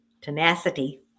tenacity